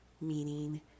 Meaning